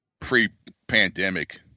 pre-pandemic